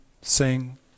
sing